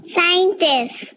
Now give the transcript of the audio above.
Scientist